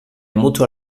motor